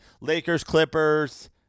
Lakers-Clippers